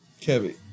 Kevin